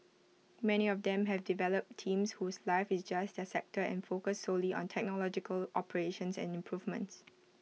many of them have developed teams whose life is just their sector and focus solely on technological operations and improvements